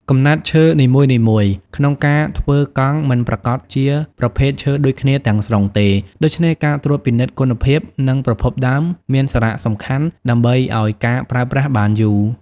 កំណាត់ឈើនីមួយៗក្នុងការធ្វើកង់មិនប្រាកដជាប្រភេទឈើដូចគ្នាទាំងស្រុងទេ ដូច្នេះការត្រួតពិនិត្យគុណភាព និងប្រភពដើមមានសារៈសំខាន់ដើម្បីអោយការប្រើប្រាស់បានយូរ។